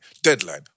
deadline